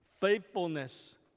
faithfulness